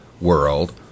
world